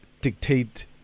dictate